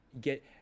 get